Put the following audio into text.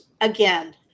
again